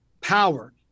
power